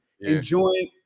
enjoying